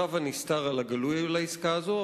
רב הנסתר על הגלוי לגבי העסקה הזו,